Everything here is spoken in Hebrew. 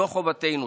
זו חובתנו.